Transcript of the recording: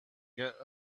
get